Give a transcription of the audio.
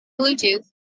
Bluetooth